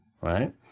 right